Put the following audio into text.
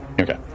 Okay